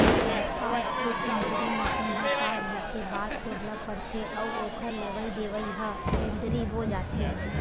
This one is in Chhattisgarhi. पासबूक एंटरी मसीन ह पासबूक के बारकोड ल पड़थे अउ ओखर लेवई देवई ह इंटरी हो जाथे